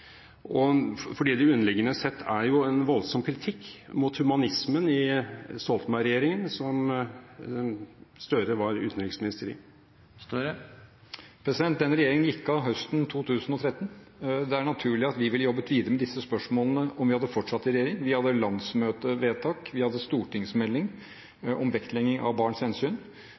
som Støre var utenriksminister i. Den regjeringen gikk av høsten 2013. Det er naturlig at vi ville jobbet videre med disse spørsmålene om vi hadde fortsatt i regjering. Vi hadde landsmøtevedtak, og vi hadde en stortingsmelding